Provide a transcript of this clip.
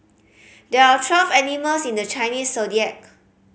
there are twelve animals in the Chinese Zodiac